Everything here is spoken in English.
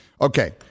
Okay